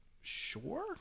sure